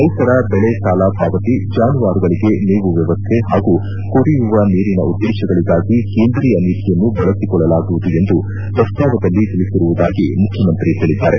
ರೈತರ ಬೆಳೆ ಸಾಲ ಪಾವತಿ ಜಾನುವಾರುಗಳಿಗೆ ಮೇವು ವ್ಯವಸ್ಥೆ ಹಾಗೂ ಕುಡಿಯುವ ನೀರಿನ ಉದ್ದೇಶಗಳಿಗಾಗಿ ಕೇಂದ್ರೀಯ ನಿಧಿಯನ್ನು ಬಳಸಿಕೊಳ್ಳಲಾಗುವುದು ಎಂದು ಪ್ರಸ್ತಾವದಲ್ಲಿ ತಿಳಿಸಿರುವುದಾಗಿ ಮುಖ್ಯಮಂತ್ರಿ ಹೇಳದ್ದಾರೆ